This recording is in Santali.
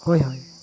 ᱦᱳᱭ ᱦᱳᱭ